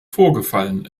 vorgefallen